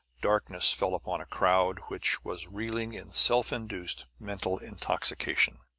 darkness fell upon a crowd which was reeling in self-induced mental intoxication.